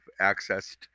accessed